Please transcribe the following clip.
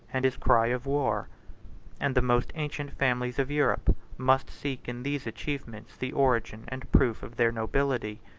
and his cry of war and the most ancient families of europe must seek in these achievements the origin and proof of their nobility.